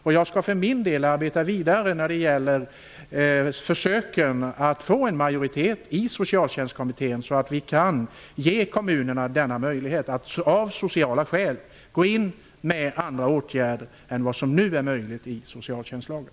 För min del skall jag arbeta vidare med försöken att få en majoritet i Socialtjänstkommittén, så att vi kan ge kommunerna denna möjlighet att av sociala skäl gå in med andra åtgärder än vad som nu är möjligt i socialtjänstlagen.